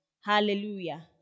Hallelujah